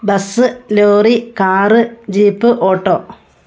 bus lorry car jeep auto